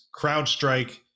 CrowdStrike